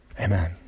Amen